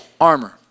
armor